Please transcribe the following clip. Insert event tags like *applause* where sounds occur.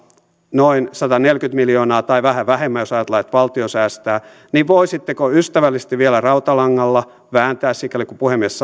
noin sataneljäkymmentä miljoonaa tai vähän vähemmän jos ajatellaan että valtio säästää voisitteko ystävällisesti vielä rautalangasta vääntää tässä keskustelussa sikäli kuin puhemies *unintelligible*